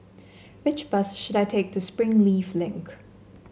which bus should I take to Springleaf Link